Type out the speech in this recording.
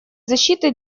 защиты